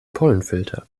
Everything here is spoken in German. pollenfilter